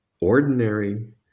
ordinary